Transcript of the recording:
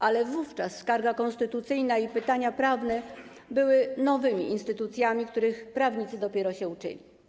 Ale wówczas skarga konstytucyjna i pytania prawne były nowymi instytucjami, których prawnicy dopiero się uczyli.